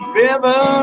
river